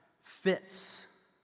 fits